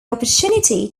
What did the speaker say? opportunity